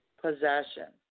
possession